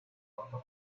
roja